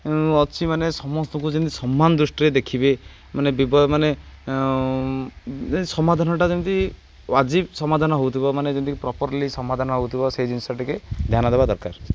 ଅଛି ମାନେ ସମସ୍ତଙ୍କୁ ଯେମିତି ସମ୍ମାନ ଦୃଷ୍ଟିରେ ଦେଖିବେ ମାନେ ମାନେ ସମାଧାନଟା ଯେମିତି ଆଜି ସମାଧାନ ହଉଥିବ ମାନେ ଯେମିତି ପ୍ରପର୍ଲି ସମାଧାନ ହଉଥିବ ସେଇ ଜିନିଷ ଟିକେ ଧ୍ୟାନ ଦେବା ଦରକାର